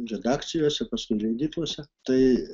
redakcijose paskui leidyklose tai